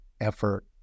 effort